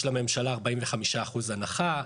יש לממשלה 45% הנחה,